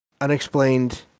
unexplained